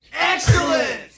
excellent